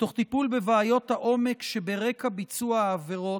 תוך טיפול בבעיות העומק שברקע ביצוע העבירות,